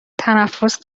تنفس